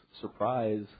surprise